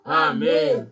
amen